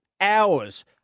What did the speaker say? hours